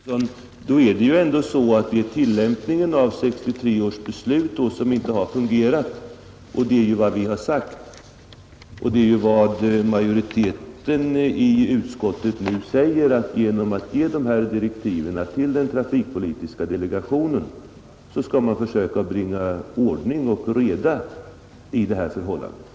Fru talman! Men det är ju ändå så, herr Magnusson, att det är tillämpningen av 1963 års beslut som inte har fungerat. Och jag har sagt detsamma som majoriteten i utskottet nu säger, att vi genom att ge dessa direktiv till trafikpolitiska delegationen skall bringa besluten i praktisk tillämpning.